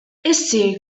issir